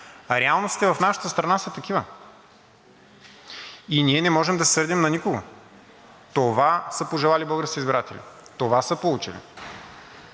реалностите в нашата страна са такива и ние не може да се сърдим на никого. Това са пожелали българските избиратели, това са получили,